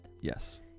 Yes